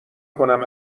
کنم